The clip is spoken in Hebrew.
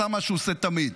עשה מה שהוא עושה תמיד.